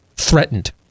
threatened